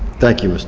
thank you, mr.